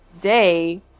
day